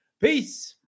Peace